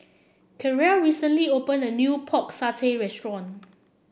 Caryl recently opened a new Pork Satay Restaurant